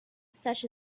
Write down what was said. such